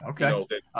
Okay